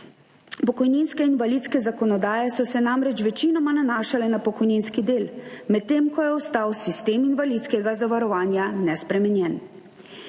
pokojninske in invalidske zakonodaje so se namreč večinoma nanašale na pokojninski del, medtem ko je ostal sistem invalidskega zavarovanja nespremenjen.